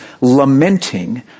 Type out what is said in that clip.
lamenting